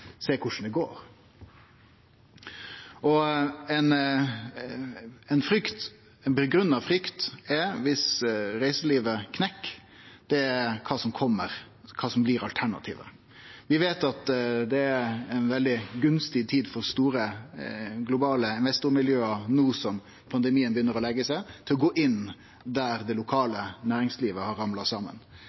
korleis det går. Ei grunngitt frykt viss reiselivet knekk, er kva som kjem, kva som blir alternativet. Vi veit at det er ei veldig gunstig tid for store, globale investormiljø no som pandemien byrjar å leggje seg, til å gå inn der det lokale næringslivet har ramla saman.